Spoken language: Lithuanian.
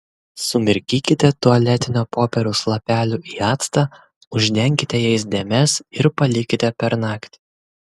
sumirkykite tualetinio popieriaus lapelių į actą uždenkite jais dėmes ir palikite per naktį